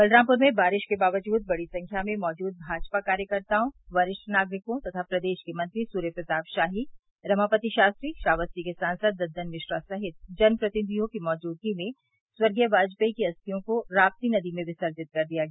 बलरामपुर में बारिश के बावजूद बड़ी संख्या में मौजूद भाजपा कार्यकर्तोओं वरिष्ठ नागरिकों तथा प्रदेश के मंत्री सूर्यप्रताप शाही रमापति शास्त्री श्राक्स्ती के सांसद दद्दन मिश्रा सहित जनप्रतिनिधियों की मौजूदगी में स्वर्गीय वाजपेई की अस्थियों को राप्ती नदी में विसर्जित कर दिया गया